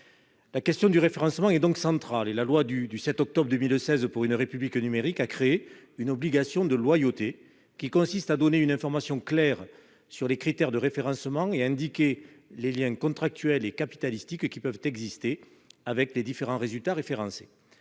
La question du référencement est donc centrale. La loi du 7 octobre 2016 pour une République numérique a créé une obligation de loyauté : les plateformes doivent offrir une information claire sur les critères de référencement et indiquer les liens contractuels et capitalistiques qui peuvent exister avec les différents résultats référencés.